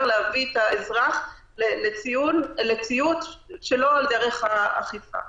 להביא את האזרח לציות שלא על דרך האכיפה.